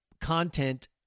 content